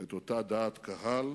את אותה דעת קהל